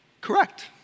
correct